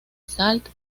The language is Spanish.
salt